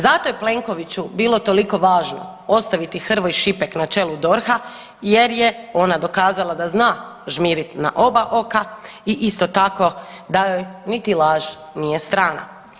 Zato je Plenkoviću bilo toliko važno ostaviti Hrvoj-Šipek na čelu DORH-a jer je ona dokazala da zna žmiriti na oba oka i isto tako da joj niti laž nije strana.